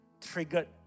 triggered